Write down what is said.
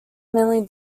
mainly